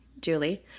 Julie